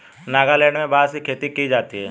नागालैंड में बांस की खेती की जाती है